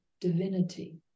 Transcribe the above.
divinity